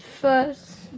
First